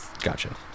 Gotcha